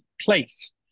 place